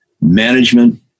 management